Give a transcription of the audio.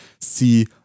see